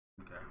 Okay